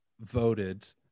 voted